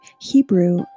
Hebrew